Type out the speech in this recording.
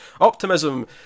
optimism